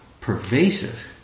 pervasive